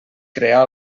crear